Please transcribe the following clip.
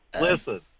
listen